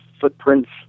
footprints